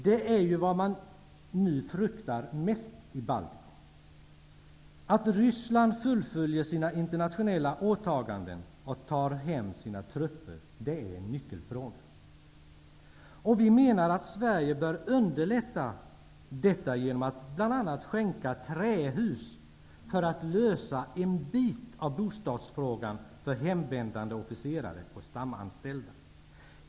Det är ju vad man nu fruktar mest i Baltikum. Att Ryssland fullföljer sina internationella åtaganden och tar hem sina trupper är en nyckelfråga. Vi menar att Sverige bör underlätta detta bl.a. genom att skänka trähus för att lösa en bit av bostadsfrågan för hemvändande officerare och stamanställda.